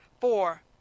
Four